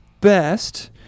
best